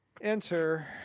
enter